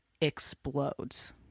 explodes